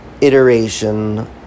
iteration